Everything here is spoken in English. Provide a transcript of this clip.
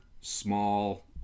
small